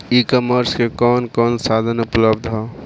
ई कॉमर्स में कवन कवन साधन उपलब्ध ह?